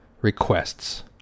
requests